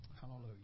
Hallelujah